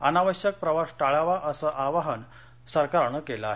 अनावश्यक प्रवास टाळावा असं आवाहन सरकारनं केलं आहे